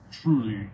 truly